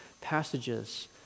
passages